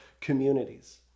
communities